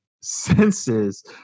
senses